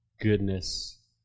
goodness